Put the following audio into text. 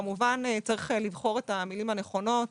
כמובן יש לבחור את המילים הנכונות.